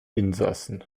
insassen